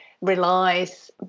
relies